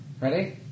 Ready